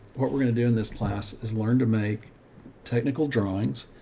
what we're going to do in this class has learned to make technical drawings.